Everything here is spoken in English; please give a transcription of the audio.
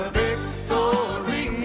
victory